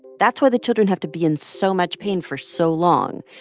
that's why the children have to be in so much pain for so long.